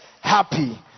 happy